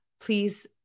Please